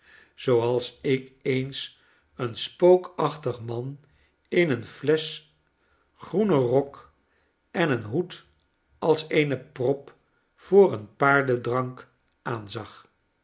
zooals ik eens een spookachtig man in een flesch groenen rok en een hoed als eene prop voor een paardendrank aanzag